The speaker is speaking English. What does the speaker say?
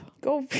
Go